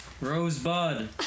Rosebud